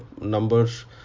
numbers